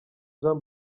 jean